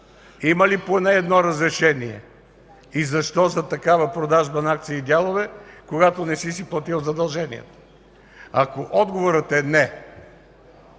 има ли поне едно разрешение и защо за такава продажба на акции и дялове, когато не си си платил задълженията? Ако отговорът е не,